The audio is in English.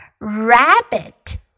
Rabbit